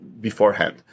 beforehand